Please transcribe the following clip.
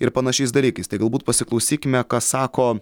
ir panašiais dalykais tai galbūt pasiklausykime ką sako